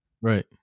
Right